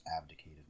abdicated